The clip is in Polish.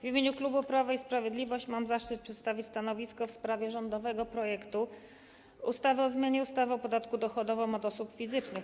W imieniu klubu Prawo i Sprawiedliwość mam zaszczyt przedstawić stanowisko w sprawie rządowego projektu ustawy o zmianie ustawy o podatku dochodowym od osób fizycznych.